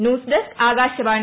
news desk Akashvani